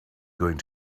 going